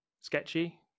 sketchy